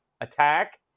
Attack